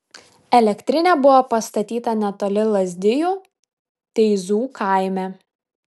elektrinė buvo pastatyta netoli lazdijų teizų kaime